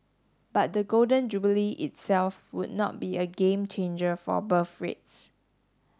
but the Golden Jubilee itself would not be a game changer for birth rates